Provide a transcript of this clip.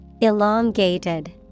Elongated